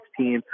2016